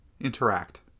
Interact